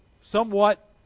somewhat